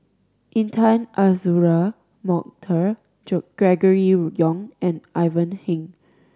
Intan Azura Mokhtar Gregory Yong and Ivan Heng